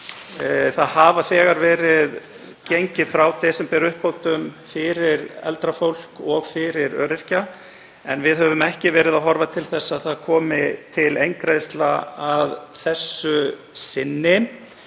Það hefur þegar verið gengið frá desemberuppbót fyrir eldra fólk og fyrir öryrkja, en við höfum ekki verið að horfa til þess að það komi til eingreiðsla að þessu sinni.